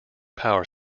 power